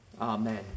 Amen